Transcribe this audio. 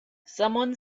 someone